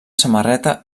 samarreta